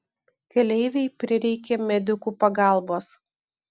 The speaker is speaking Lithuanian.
keleivei prireikė medikų pagalbos